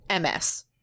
MS